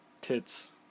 tits